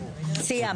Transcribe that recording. סיימתי.